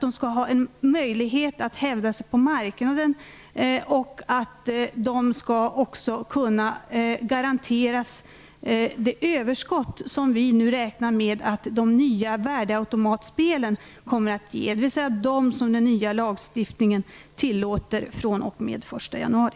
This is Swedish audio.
De skall ha möjlighet att hävda sig på marknaden och de skall kunna garanteras det överskott som vi nu räknar med att de nya värdeautomatspelen kommer att ge, dvs. de som den nya lagstiftningen tillåter från den 1 januari.